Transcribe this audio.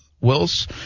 Wills